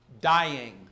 dying